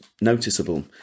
noticeable